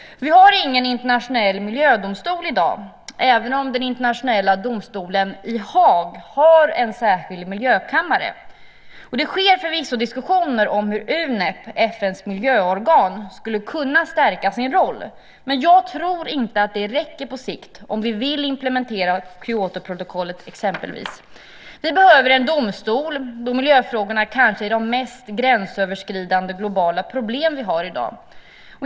Vi har ingen internationell miljödomstol i dag, även om den internationella domstolen i Haag har en särskild miljökammare. Det sker förvisso diskussioner om hur UNEP, FN:s miljöorgan, skulle kunna stärka sin roll. Men jag tror inte att det räcker på sikt om vi vill implementera exempelvis Kyotoprotokollet. Vi behöver en domstol då miljöfrågorna kanske är de mest gränsöverskridande globala problem vi har i dag.